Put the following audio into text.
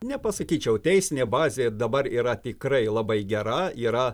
nepasakyčiau teisinė bazė dabar yra tikrai labai gera yra